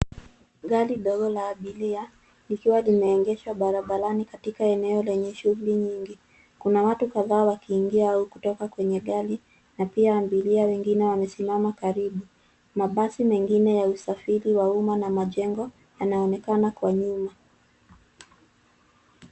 Gari ndogo la abiria likiwa limeegeshwa barabarani katika eneo lenye shughuli nyingi. Kuna watu kadhaa wakiingia au kidogo kwenye gari na pia abiria wengine wamesimama karibu. Mabasi mengine ya usafiri wa umma na majengo yanaonekana kwa nyuma.